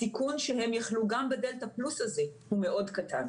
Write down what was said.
הסיכון שהם יחלו גם בדלתא פלוס הזה הוא מאוד קטן.